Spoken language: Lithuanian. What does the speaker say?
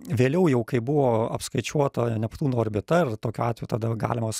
vėliau jau kai buvo apskaičiuota neptūno orbita ir tokiu atveju tada galima